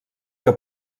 que